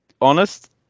honest